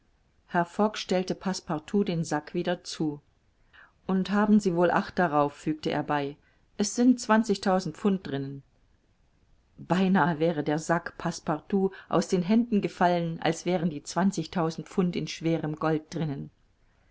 stellte passepartout den sack wieder zu und haben sie wohl acht darauf fügte er bei es sind zwanzigtausend pfund drinnen beinahe wäre der sack passepartout aus den händen gefallen als wären die zwanzigtausend pfund in schwerem gold drinnen